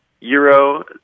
Euro